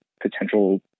potential